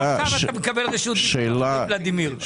עכשיו אתה מקבל רשות דיבור אחרי ולדימיר.